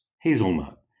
hazelnut